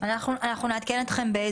אנחנו נעדכן אתכם.